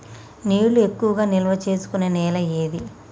నీళ్లు ఎక్కువగా నిల్వ చేసుకునే నేల ఏది?